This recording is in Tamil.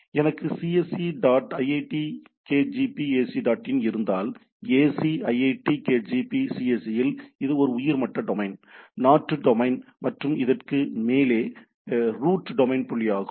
எனவே எனக்கு "cse dot iitkgp ac dot in" இருந்தால் ac iitkgp cse இல் இது ஒரு உயர்மட்ட டொமைன் நாட்டு டொமைன் மற்றும் இதற்கு மேலே புள்ளி ரூட் டொமைன் புள்ளியாகும்